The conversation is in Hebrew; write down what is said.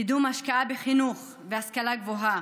קידום השקעה בחינוך ובהשכלה גבוהה,